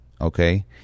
okay